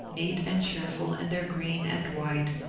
neat and cheer ful in their green and white,